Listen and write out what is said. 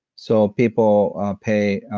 so people pay